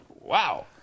Wow